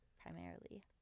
primarily